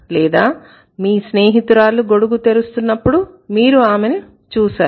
లేదా మీ స్నేహితురాలు గొడుగు తెరుస్తున్నప్పుడు మీరు ఆమెను చూశారు